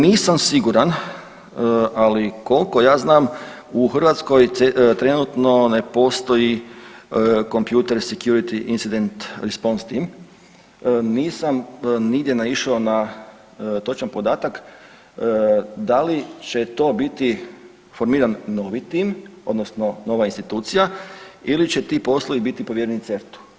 Nisam siguran ali koliko ja znam u Hrvatskoj trenutno ne postoji kompjuter Security incident response team, nisam nigdje naišao na točan podatak da li će to biti formiran novi tim odnosno nova institucija ili će ti poslovi biti povjereni CERT-u.